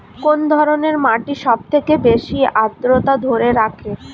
কোন ধরনের মাটি সবথেকে বেশি আদ্রতা ধরে রাখে?